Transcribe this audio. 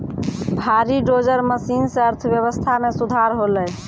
भारी dozer machine सें अर्थव्यवस्था मे सुधार होलय